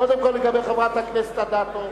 קודם כול לגבי חברת הכנסת אדטו,